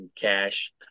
cash